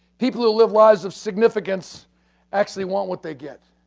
people who live lives of significance actually want what they get.